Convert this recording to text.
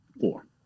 Four